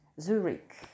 Zurich